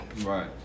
Right